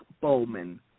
Bowman